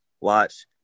watch